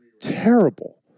terrible